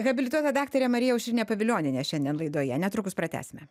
habilituota daktarė marija aušrinė pavilionienė šiandien laidoje netrukus pratęsime